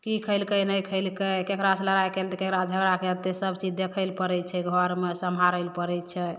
की खेलकय नहि खेलकय ककरासँ लड़ाइ कयलकय ककरासँ झगड़ा कए देतय सब चीज देखय लऽ पड़य छै घरमे सम्हारय लए पड़य छै